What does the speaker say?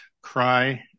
cry